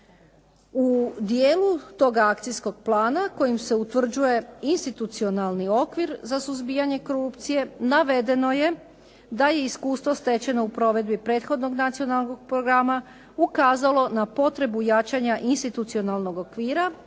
U dijelu toga akcijskog plana kojim se utvrđuje institucionalni okvir za suzbijanje korupcije navedeno je da je iskustvo stečeno u provedbi prethodnog nacionalnog programa ukazalo na potrebu jačanja institucionalnog okvira